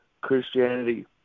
Christianity